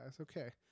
okay